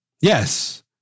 Yes